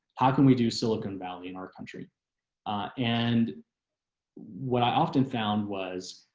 how can we do silicon valley in our country and what i often found was